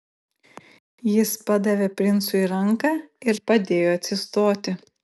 jis padavė princui ranką ir padėjo atsistoti